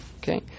Okay